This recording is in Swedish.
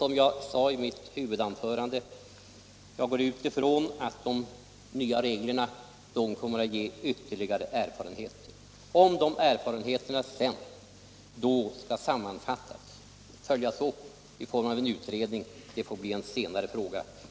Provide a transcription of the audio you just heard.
Som jag sade i mitt huvudanförande utgår jag från att de nya reglerna kommer att ge ytterligare erfarenheter. Om dessa erfarenheter sedan skall sammanfattas och följas upp i form av en utredning får bli en senare fråga.